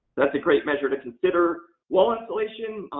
that's a great measure to consider. wall insulation,